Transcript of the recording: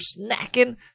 snacking